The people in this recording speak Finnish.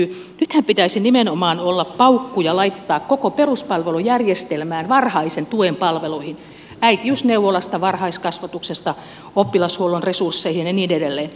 nythän pitäisi nimenomaan olla paukkuja laittaa koko peruspalvelujärjestelmään varhaisen tuen palveluihin äitiysneuvolasta varhaiskasvatuksesta oppilashuollon resursseihin ja niin edelleen